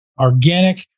organic